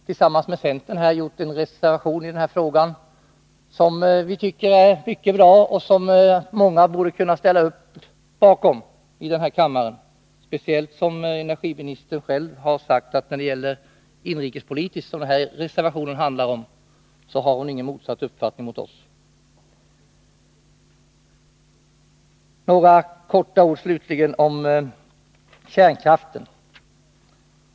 Tillsammans med centern har vi i den här frågan avgivit en reservation som vi tycker är mycket bra och som många här i kammaren borde kunna sluta upp bakom, speciellt som energiministern själv sagt att hon när det gäller inrikespolitiken, som den här reservationen handlar om, inte har någon annan uppfattning än vi. Slutligen några ord i all korthet om kärnkraften.